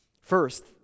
First